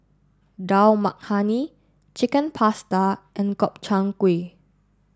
Dal Makhani Chicken Pasta and Gobchang Gui